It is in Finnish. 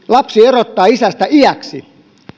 lapsi erottaa isästä iäksi